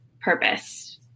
purpose